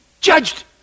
judged